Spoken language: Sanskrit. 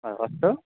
अ अस्तु